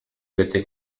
vete